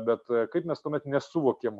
bet kaip mes tuomet nesuvokėm